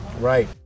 Right